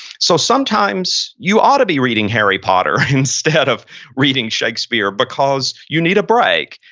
so, sometimes you ought to be reading harry potter instead of reading shakespeare because you need a break.